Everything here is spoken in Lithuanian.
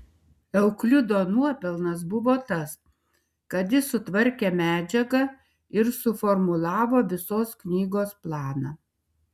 euklido nuopelnas buvo tas kad jis sutvarkė medžiagą ir suformulavo visos knygos planą